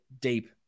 deep